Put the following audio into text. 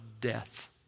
death